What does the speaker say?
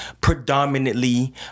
predominantly